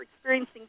experiencing